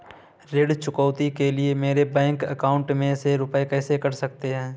ऋण चुकौती के लिए मेरे बैंक अकाउंट में से रुपए कैसे कट सकते हैं?